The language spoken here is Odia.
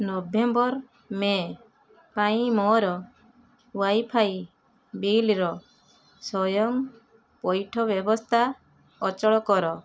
ନଭେମ୍ବର ମେ ପାଇଁ ମୋର ୱାଇଫାଇ ବିଲ୍ର ସ୍ଵୟଂପଇଠ ବ୍ୟବସ୍ଥା ଅଚଳ କର